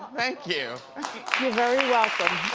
thank you. you're very welcome.